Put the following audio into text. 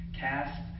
Cast